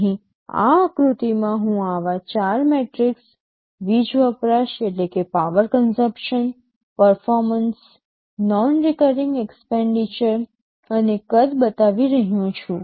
અહીં આ આકૃતિમાં હું આવા ચાર મેટ્રિક્સ વીજ વપરાશ પર્ફોમન્સ નોન રિકરિંગ એક્સ્પેનડીચર અને કદ બતાવી રહ્યો છું